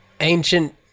ancient